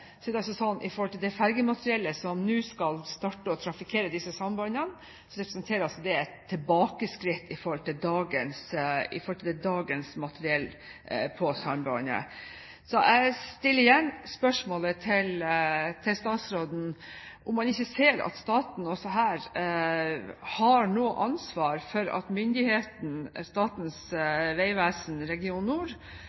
det fergemateriellet som nå skal starte å trafikkere disse sambandene, representerer et tilbakeskritt i forhold til dagens materiell på sambandet. Jeg stiller igjen spørsmålet til statsråden om han ikke ser at staten også her har et ansvar for at myndighetene, Statens